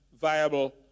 viable